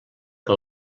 que